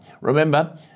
Remember